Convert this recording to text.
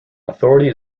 authority